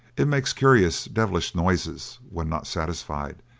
it makes curious devilish noises when not satisfied,